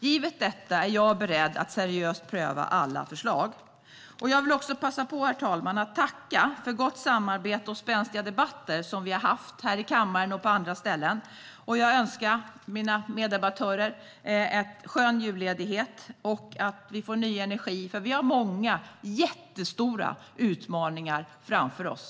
Givet detta är jag beredd att seriöst pröva alla förslag. Herr talman! Jag vill passa på att tacka för gott samarbete och spänstiga debatter här i kammaren och på andra ställen. Jag önskar mina meddebattörer en skön julledighet! Vi behöver ny energi, för vi har många jättestora utmaningar framför oss.